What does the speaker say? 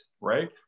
right